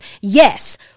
Yes